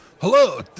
hello